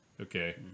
Okay